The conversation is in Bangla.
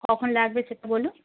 কখন লাগবে সেটা বলুন